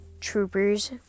troopers